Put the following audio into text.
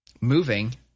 moving